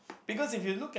because if you look at